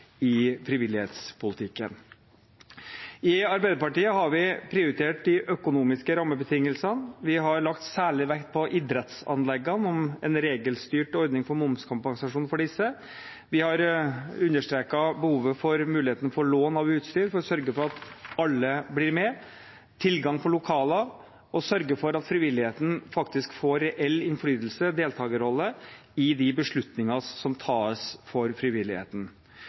i frivillighetspolitikken. I Arbeiderpartiet har vi prioritert de økonomiske rammebetingelsene. Vi har lagt særlig vekt på idrettsanleggene og en regelstyrt ordning for momskompensasjon for disse. Vi har understreket behovet for og muligheten for lån av utstyr for å sørge for at alle blir med, tilgang på lokaler og å sørge for at frivilligheten faktisk får reell innflytelse og deltakerrolle i de beslutninger som tas for frivilligheten.